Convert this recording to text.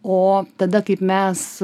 o tada kaip mes